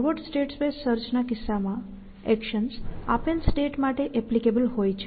forward state space search ના કિસ્સા માં એક્શન્સ આપેલ સ્ટેટ માટે એપ્લિકેબલ હોય છે